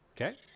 Okay